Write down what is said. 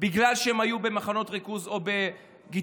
בגלל שהם היו במחנות ריכוז או בגטאות.